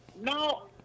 No